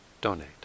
donate